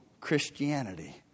Christianity